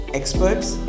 experts